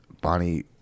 bonnie